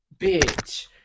Bitch